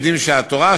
יודעים שהתורה,